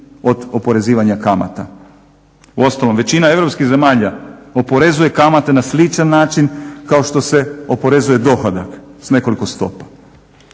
od oporezivanja kamata. U ostalom, većina europskih zemalja oporezuje kamate na sličan način kao što se oporezuje dohodak s nekoliko stopa.